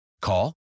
Call